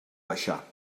baixar